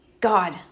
God